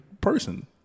person